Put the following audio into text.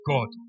God